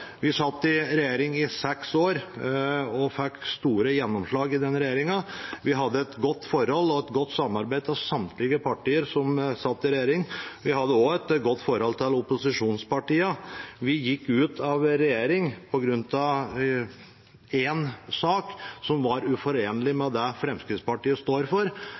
Vi satt i regjering i seks år og fikk store gjennomslag i den regjeringen. Vi hadde et godt forhold og et godt samarbeid med samtlige partier som satt i regjering, og vi hadde også et godt forhold til opposisjonspartiene. Vi gikk ut av regjering på grunn av én sak, som var uforenlig med det Fremskrittspartiet står for.